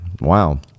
Wow